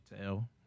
tell